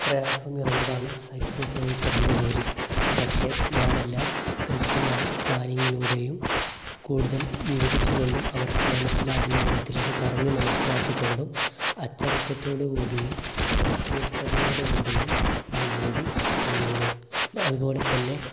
പ്രയാസം നിറഞ്ഞതാണ് സൈറ്റ് സൂപ്പർവൈസറിൻ്റെ ജോലി പക്ഷേ ഞാൻ എല്ലാം കൃത്യമായി പ്ലാനിങ്ങിലൂടെയും കൂടുതൽ വിവരിച്ച് കൊണ്ടും അവർക്ക് മനസ്സിലാവുന്ന വിധത്തിൽ അത് പറഞ്ഞ് മനസ്സിലാക്കി കൊണ്ടും അച്ചടക്കത്തോട് കൂടിയും കൃത്യനിഷ്ഠതയോട് കൂടിയും ആ ജോലി ചെയ്യുന്നു അതുപോലെതന്നെ